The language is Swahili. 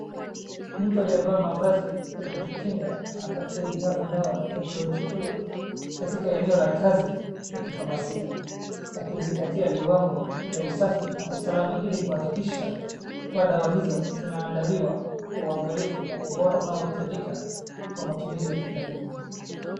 Mtu aliyevaa mavazi ya kujikinga anapakia bidhaa za dawa za bronjicure katika eneo la kazi la kifamasia, akizingatia viwango vya usafi na usalama ili kuhakikisha kuwa dawa hizo zinaadaliwa kwa uwangalifu na ubora unaohitajika kwa matumizi ya kitabibu.